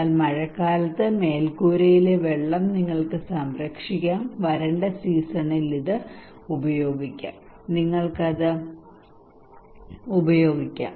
എന്നാൽ മഴക്കാലത്ത് മേൽക്കൂരയിലെ വെള്ളം നിങ്ങൾക്ക് സംരക്ഷിക്കാം വരണ്ട സീസണിൽ നിങ്ങൾക്ക് ഇത് സംരക്ഷിക്കാം നിങ്ങൾക്ക് അത് ഉപയോഗിക്കാം